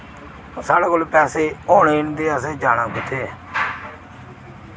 साढ़े कोल पैसे होने निं ते असें जाना कुत्थै ऐ